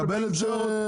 אתה מקבל את זה?